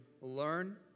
learn